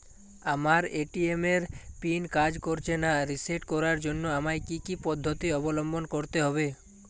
আমার এ.টি.এম এর পিন কাজ করছে না রিসেট করার জন্য আমায় কী কী পদ্ধতি অবলম্বন করতে হবে?